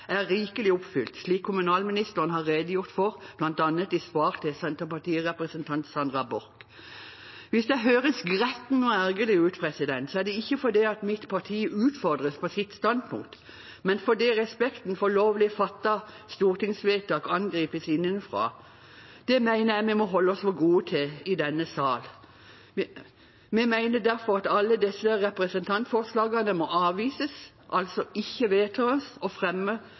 er rikelig oppfylt, slik kommunalministeren har redegjort for, bl.a. i svar til Senterparti-representanten Sandra Borch. Hvis jeg høres gretten og ergerlig ut, er det ikke fordi mitt parti utfordres på sitt standpunkt, men fordi respekten for lovlig fattede stortingsvedtak angripes innenfra. Det mener jeg vi må holde oss for gode til i denne sal. Vi mener derfor at alle disse representantforslagene må avvises, altså ikke vedtas.